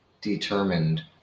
determined